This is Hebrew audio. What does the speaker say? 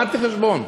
למדתי חשבון.